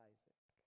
Isaac